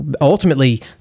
ultimately